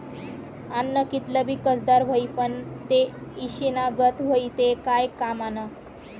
आन्न कितलं भी कसदार व्हयी, पन ते ईषना गत व्हयी ते काय कामनं